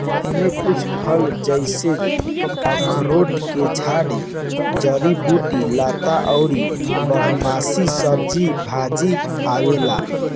एमे कुछ फल जइसे अखरोट के झाड़ी, जड़ी बूटी, लता अउरी बारहमासी सब्जी भाजी आवेला